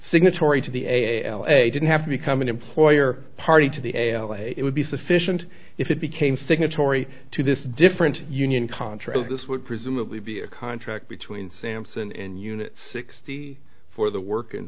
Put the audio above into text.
signatory to the a l a didn't have to become an employer party to the l a it would be sufficient if it became signatory to this different union contract this would presumably be a contract between sampson in unit sixty for the work